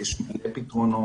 יש מלא פתרונות.